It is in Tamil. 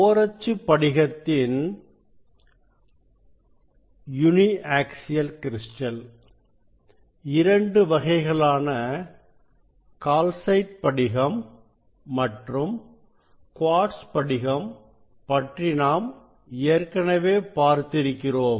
ஓரச்சுப் படிகத்தின் இரண்டு வகைகளான கால்சைட் படிகம் மற்றும் குவார்ட்ஸ் படிகம் பற்றி நாம் ஏற்கனவே பார்த்திருக்கிறோம்